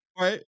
right